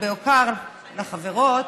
ובעיקר לחברות,